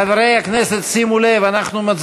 חבר הכנסת אראל מרגלית,